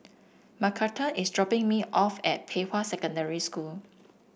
Macarthur is dropping me off at Pei Hwa Secondary School